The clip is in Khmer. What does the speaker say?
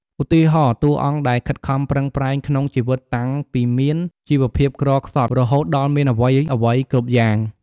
ឧទាហរណ៍ តួអង្គដែលខិតខំប្រឹងប្រែងក្នុងជីវិតតាំងពីមានជីវភាពក្រខ្សត់ រហូតដល់មានអ្វីៗគ្រប់យ៉ាង ។